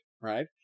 Right